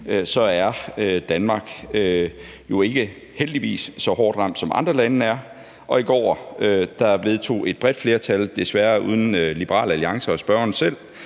– at Danmark jo heldigvis ikke er så hårdt ramt som andre lande. I går vedtog et bredt flertal, desværre uden Liberal Alliance og spørgeren selv,